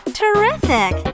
terrific